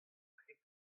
rit